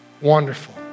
Wonderful